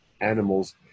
animals